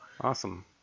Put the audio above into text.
awesome